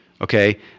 Okay